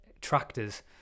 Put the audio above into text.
tractors